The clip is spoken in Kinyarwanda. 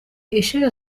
isheja